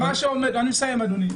אני מסיים אדוני.